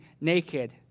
naked